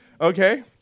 Okay